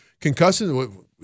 concussions